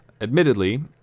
admittedly